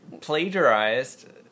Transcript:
plagiarized